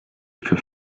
für